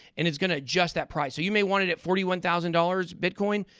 and it's going to adjust that price. so you may want it at forty one thousand dollars bitcoin,